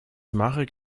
marek